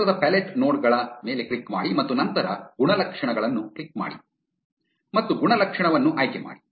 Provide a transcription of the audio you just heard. ಗಾತ್ರದ palette node ಗಳ ಮೇಲೆ ಕ್ಲಿಕ್ ಮಾಡಿ ಮತ್ತು ನಂತರ ಗುಣಲಕ್ಷಣಗಳನ್ನು ಕ್ಲಿಕ್ ಮಾಡಿ ಮತ್ತು ಗುಣಲಕ್ಷಣವನ್ನು ಆಯ್ಕೆಮಾಡಿ